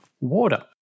water